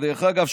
דרך אגב,